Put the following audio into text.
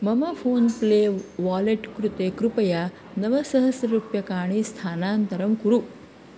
मम phone play wallet कृते कृपया नवसहस्ररूप्यकाणि स्थानान्तरं कुरु